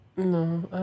No